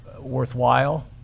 worthwhile